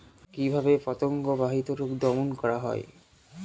কিভাবে পতঙ্গ বাহিত রোগ দমন করা যায়?